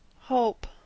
Hope